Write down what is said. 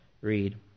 read